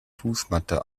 fußmatte